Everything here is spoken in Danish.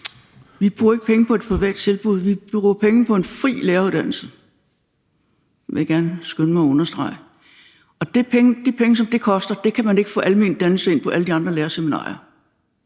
Vi bruger ikke penge på et privat tilbud, vi bruger penge på en fri læreruddannelse, vil jeg gerne skynde mig at understrege. Og for de penge, som det koster, kan man ikke få almen dannelse ind på alle de andre lærerseminarier